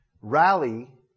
rally